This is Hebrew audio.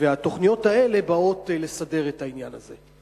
והתוכניות האלה באות לסדר את העניין הזה.